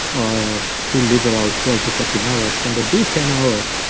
or too liberal, twelve to fourteen hours when they do ten hours,